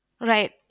Right